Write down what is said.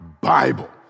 Bible